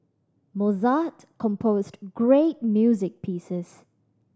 Mozart composed great music pieces